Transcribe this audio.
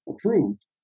approved